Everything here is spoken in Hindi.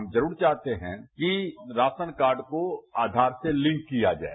हम जरूर चाहते हैं कि राशन कार्ड को आधार से लिंक किया जाए